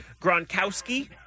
Gronkowski